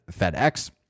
FedEx